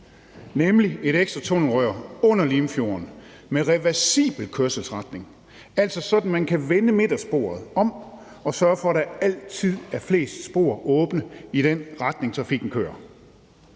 nemlig et ekstra tunnelrør under Limfjorden med en reversibel kørselsretning, altså sådan at man kan vende midtersporet om og sørge for, at der altid er flest spor åbne i den retning, trafikken kører.